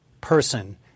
person